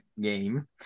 game